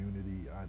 community